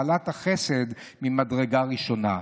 בעלת החסד ממדרגה ראשונה.